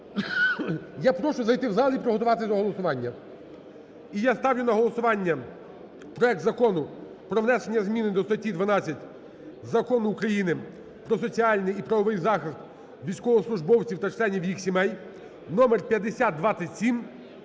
Я прошу зайти в зал і приготуватись до голосування. І я ставлю на голосування проект Закону про внесення зміни до статті 12 Закону України "Про соціальний і правовий захист військовослужбовців та членів їх сімей" (номер 5027)